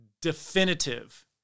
definitive